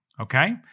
okay